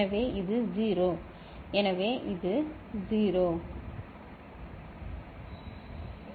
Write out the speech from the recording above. எனவே இது 0 எனவே இது 0